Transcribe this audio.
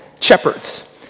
shepherds